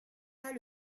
pas